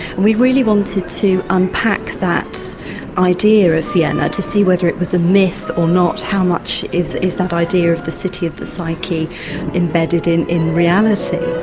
we really wanted to unpack that idea of vienna, to see whether it was a myth or not how much is is that idea of the city of the psyche embedded in in reality.